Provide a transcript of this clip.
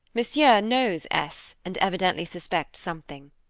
monsieur knows s. and evidently suspects something.